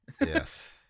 Yes